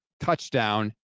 touchdown